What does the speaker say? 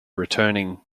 returning